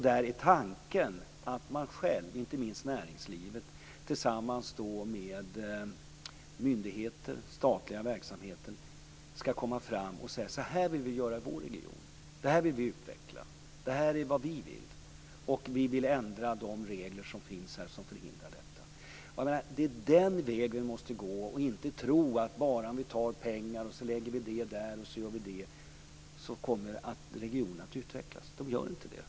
Där är tanken att man själv, inte minst näringslivet, tillsammans med myndigheter och statlig verksamhet, skall komma fram och säga: Så här vill vi göra i vår region. Det här vill vi utveckla. Det här är vad vi vill. Vi vill ändra de regler som finns och som förhindrar detta. Det är den vägen vi måste gå, och vi skall inte tro att om vi bara tar pengar och lägger ut kommer regionerna att utvecklas. Det gör de inte.